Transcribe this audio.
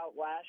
last